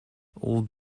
old